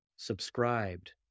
subscribed